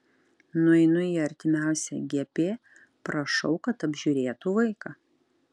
nueinu į artimiausią gp prašau kad apžiūrėtų vaiką